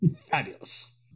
Fabulous